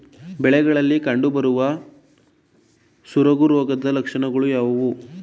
ಬೆಳೆಗಳಲ್ಲಿ ಕಂಡುಬರುವ ಸೊರಗು ರೋಗದ ಲಕ್ಷಣಗಳು ಯಾವುವು?